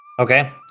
Okay